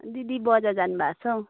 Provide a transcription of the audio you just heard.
दिदी बजार जानु भएको छ हौ